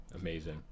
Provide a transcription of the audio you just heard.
Amazing